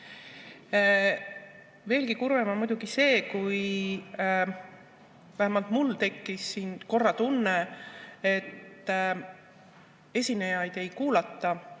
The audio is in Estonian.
Veelgi kurvem on muidugi see – vähemalt mul tekkis korra see tunne –, et esinejaid ei kuulata,